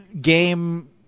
game